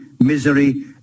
misery